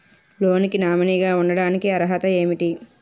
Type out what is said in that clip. Loan కి nominee గా ఉండటానికి అర్హత ఏమిటి?